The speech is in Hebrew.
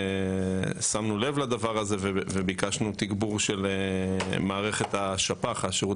שמנו לב לדבר הזה וביקשנו תגבור של מערכת השפ"ח השירות